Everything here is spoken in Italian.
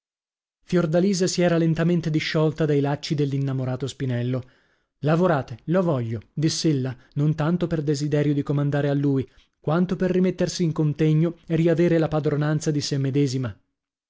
essa fiordalisa si era lentamente disciolta dai lacci dell'innamorato spinello lavorate lo voglio diss'ella non tanto per desiderio di comandare a lui quanto per rimettersi in contegno e riavere la padronanza di sè medesima